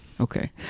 Okay